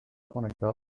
conectado